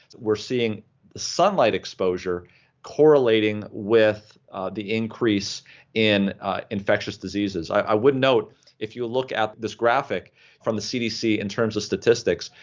we're seeing the sunlight exposure correlating with the increase in infectious diseases. i would note if you look at this graphic from the cdc in terms of statistics,